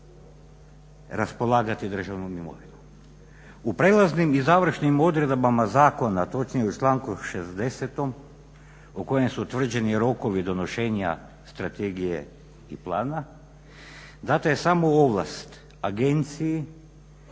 U prelaznim i završnim odredbama zakona, točnije u članku 60. u kojem su utvrđeni rokovi donošenja strategije i plana dana je samo ovlast agenciji